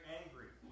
angry